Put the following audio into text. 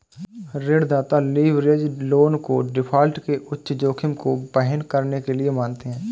ऋणदाता leverage loan को default के उच्च जोखिम को वहन करने के लिए मानते हैं